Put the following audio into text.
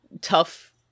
Tough